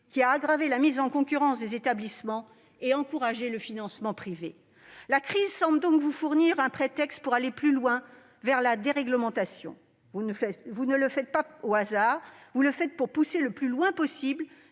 qui a aggravé la mise en concurrence des établissements et encouragé le financement privé. La crise semble ainsi vous fournir un prétexte pour aller plus loin dans la déréglementation. Vous ne le faites pas au hasard : vous le faites pour pousser le plus loin possible